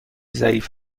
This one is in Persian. ضعیف